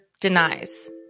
denies